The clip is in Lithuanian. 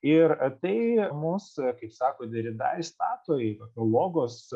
ir tai mus kaip sako derida įstato į logos